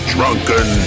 Drunken